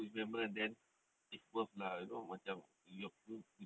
is good investment then it's worth lah you know macam your